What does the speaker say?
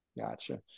Gotcha